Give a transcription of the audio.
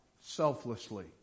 selflessly